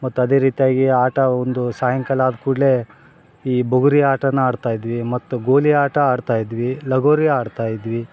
ಮತ್ತು ಅದೇ ರೀತಿಯಾಗಿ ಆಟ ಒಂದು ಸಾಯಂಕಾಲ ಆದ ಕೂಡಲೆ ಈ ಬುಗುರಿ ಆಟನ ಆಡ್ತಾ ಇದ್ವಿ ಮತ್ತು ಗೋಲಿ ಆಟ ಆಡ್ತಾಯಿದ್ವಿ ಲಗೋರಿ ಆಡ್ತಾಯಿದ್ವಿ